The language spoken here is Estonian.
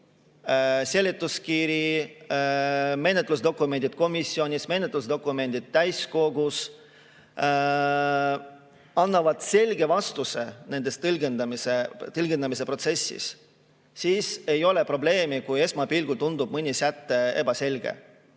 seletuskiri, menetlusdokumendid komisjonis või menetlusdokumendid täiskogus, annavad selge vastuse tõlgendamise protsessis, siis ei ole probleemi, kui esmapilgul tundub mõni säte ebaselge.